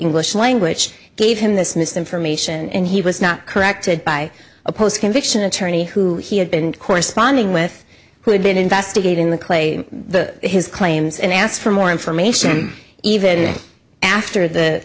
english language gave him this misinformation and he was not corrected by a post conviction attorney who he had been corresponding with who had been investigating the clay the his claims and asked for more information even after the